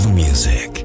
music